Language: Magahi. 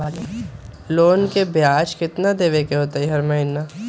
लोन के ब्याज कितना रुपैया देबे के होतइ हर महिना?